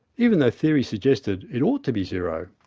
even though theory suggested it ought to be zero.